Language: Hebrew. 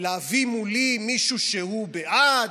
להביא מולי מישהו שהוא בעד.